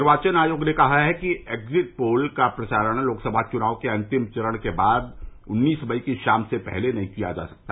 निर्वाचन आयोग ने कहा है कि एक्जिट पोल का प्रसारण लोकसभा चुनाव के अंतिम चरण के बाद उन्नीस मई की शाम से पहले नहीं किया जा सकता